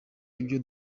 ibyo